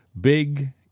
Big